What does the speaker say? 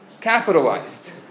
capitalized